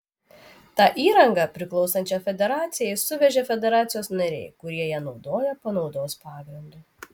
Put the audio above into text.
tą įrangą priklausančią federacijai suvežė federacijos nariai kurie ją naudoja panaudos pagrindu